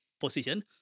position